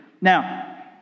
Now